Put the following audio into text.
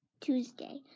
Tuesday